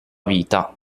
vita